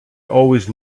always